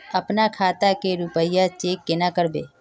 अपना खाता के रुपया चेक केना करबे?